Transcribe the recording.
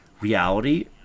reality